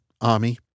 army